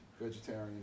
vegetarian